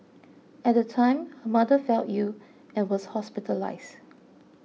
at the time her mother fell ill and was hospitalised